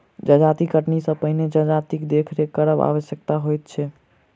जजाति कटनी सॅ पहिने जजातिक देखरेख करब आवश्यक होइत छै